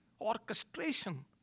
orchestration